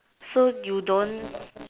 so you don't